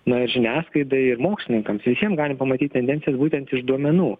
na ir žiniasklaidai ir mokslininkams visiem gali pamatyti tendencijas būtent iš duomenų